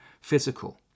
physical